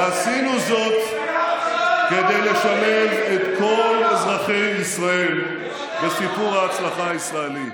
ועשינו זאת כדי לשלב את כל אזרחי ישראל בסיפור ההצלחה הישראלי.